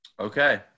Okay